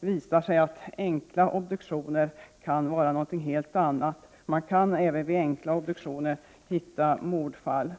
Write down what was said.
visar det sig att enkla obduktioner kan vara något helt annat. Det kan röra sig om mordfall.